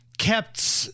kept